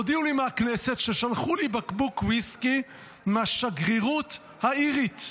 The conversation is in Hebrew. הודיעו לי מהכנסת ששלחו לי בקבוק ויסקי מהשגרירות האירית,